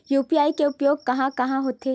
UPI के उपयोग कहां कहा होथे?